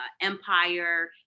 Empire